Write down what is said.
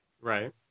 Right